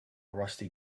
rusty